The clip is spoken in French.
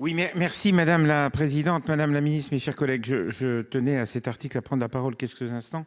mais. Merci madame la présidente Madame la Ministre, mes chers collègues je je tenais à cet article, à prendre la parole. Qu'est-ce qu'un instant.